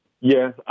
Yes